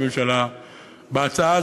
הממשלה,